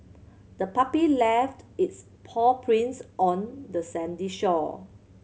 the puppy left its paw prints on the sandy shore